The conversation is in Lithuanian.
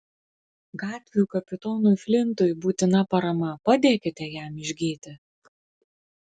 gatvių kapitonui flintui būtina parama padėkite jam išgyti